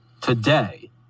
today